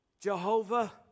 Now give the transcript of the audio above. Jehovah